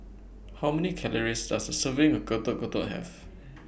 How Many Calories Does A Serving of Getuk Getuk Have